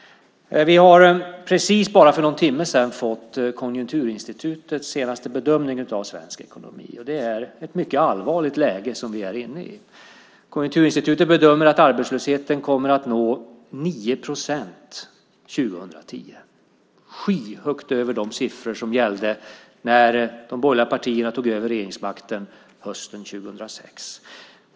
Vi har precis bara för någon timme sedan fått Konjunkturinstitutets senaste bedömning av svensk ekonomi. Det är ett mycket allvarligt läge som vi är inne i. Konjunkturinstitutet bedömer att arbetslösheten kommer att nå 9 procent 2010, skyhögt över de siffror som gällde när de borgerliga partierna tog över regeringsmakten hösten 2006.